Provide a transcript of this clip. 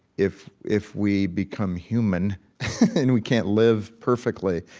if if we become human and we can't live perfectly,